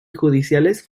judiciales